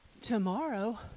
tomorrow